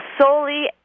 solely